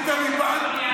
את הנמען?